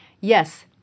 Yes